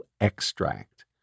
Extract